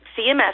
CMS